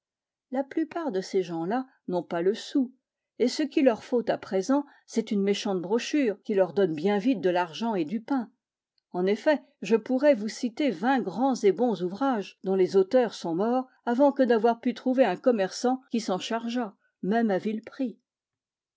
la plupart de ces gens-là n'ont pas le sou et ce qu'il leur faut à présent c'est une méchante brochure qui leur donne bien vite de l'argent et du pain en effet je pourrais vous citer vingt grands et bons ouvrages dont les auteurs sont morts avant que d'avoir pu trouver un commerçant qui s'en chargeât même à vil prix